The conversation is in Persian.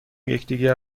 یکدیگر